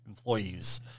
employees